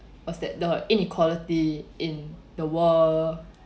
what's that the inequality in the world